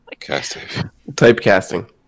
typecasting